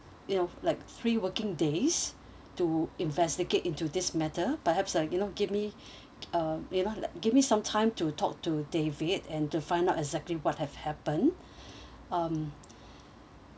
you know like three working days to investigate into this matter perhaps uh you know give me uh you know give me some time to talk to david and to find out exactly what have happened um